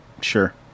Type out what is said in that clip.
Sure